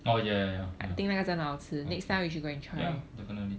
oh ya ya ya ya ya definitely